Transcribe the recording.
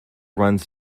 runs